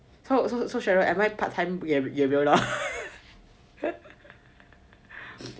so so cheryl am I part time gabriel lah